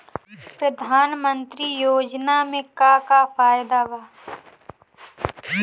प्रधानमंत्री योजना मे का का फायदा बा?